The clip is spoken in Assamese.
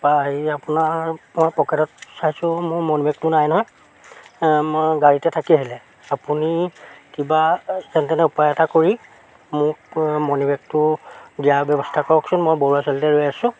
হেৰি আপোনাৰ মই পকেটত চাইছোঁ মোৰ মণি বেগটো নাই নহয় মই গাড়ীতে থাকি আহিলে আপুনি কিবা যেন তেনে উপায় এটা কৰি মোক মণি বেগটো দিয়াৰ ব্যৱস্থা কৰকচোন মই বৰুৱা চাৰিআলিতে ৰৈ আছো